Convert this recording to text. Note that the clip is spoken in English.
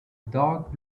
dark